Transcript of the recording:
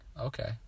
Okay